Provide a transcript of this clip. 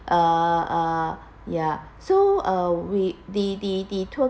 uh uh ya so uh we the the the tour